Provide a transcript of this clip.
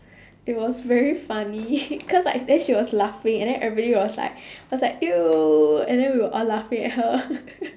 it was very funny cause like then she was laughing and then everybody was like was like !eww! and then we were all laughing at her